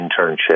internship